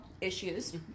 issues